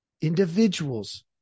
Individuals